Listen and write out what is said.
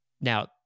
Now